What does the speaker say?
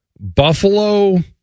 Buffalo